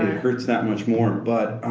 hurts that much more. but,